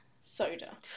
soda